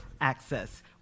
access